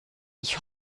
ich